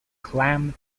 clam